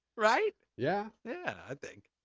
right? yeah yeah, i think.